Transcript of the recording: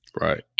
right